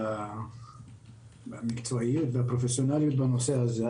המקצועיים והפרופסיונליים בנושא הזה.